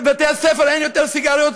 ובבתי-הספר אין יותר סיגריות,